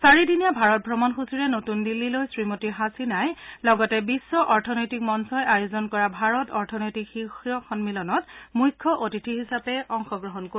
চাৰিদিনীয়া ভাৰত অমণসূচীৰে নতুন দিল্লীলৈ শ্ৰীমতী হাছিনাই লগতে বিশ্ব অৰ্থনৈতিক মঞ্চই আয়োজন কৰা ভাৰত অৰ্থনৈতিক শীৰ্ষ সন্মিলনত মখ্য অতিথি হিচাপে অংশগ্ৰহণ কৰিব